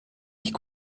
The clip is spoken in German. nicht